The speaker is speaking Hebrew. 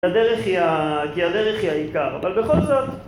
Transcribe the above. כי הדרך היא העיקר, אבל בכל זאת...